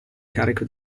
carico